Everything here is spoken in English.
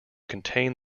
contain